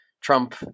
Trump